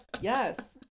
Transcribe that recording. Yes